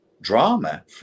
drama